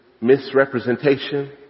misrepresentation